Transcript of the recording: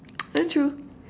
ya true